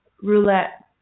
roulette